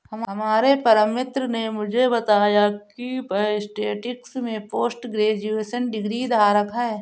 हमारे परम मित्र ने मुझे बताया की वह स्टेटिस्टिक्स में पोस्ट ग्रेजुएशन डिग्री धारक है